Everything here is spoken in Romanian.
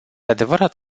adevărat